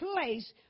place